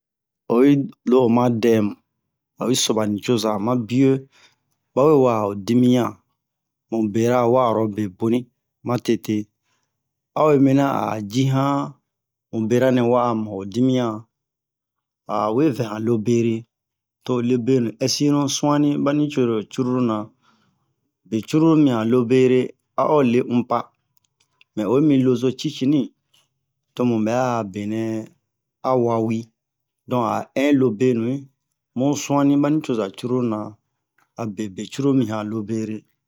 Oyi lo oma dɛmu oyi so ba nicoza ma biyo ba we wa'a ho dimiyan mu bera wa'arobe boni ma tete a'o yi mina a ji han mu bera nɛ wa'a mu ho dimiyan a'o we vɛ han lo bere to lebenu ɛsinu su'ani ba nicozo cururu na be cururu mi han lo bere a'o le unpa mɛ oyi mi lozo cicini to mu bɛ'a benɛ a wawi don a in lobenu'i mu su'ani ba nicoza cururu na abe be cururu mi han lo bere